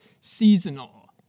seasonal